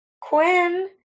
Quinn